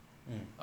mm